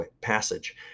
passage